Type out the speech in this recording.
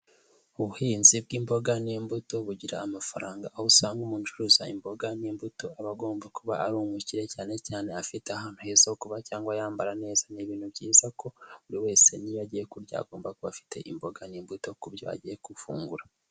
Ubuhinzi bw'imboga n'imbuto bugira amafaranga aho usanga umuntu ucuruza imboga n'imbuto aba agomba kuba ari umukire cyane cyane afite ahantu heza ho kuba cyangwa yambara neza, ni ibintu byiza ko buri wese nk'iyo agiye kurya agomba kuba afite imboga n'imbuto ku byo agiye gufungura.